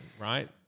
right